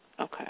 Okay